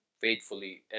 faithfully